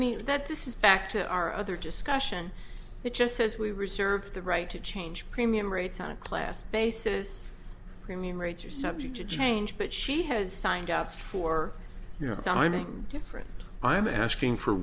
mean that this is back to our other discussion it just says we reserve the right to change premium rates on a class basis premium rates are subject to change but she has signed out for you know so many different i'm asking for